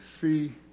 see